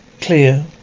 Clear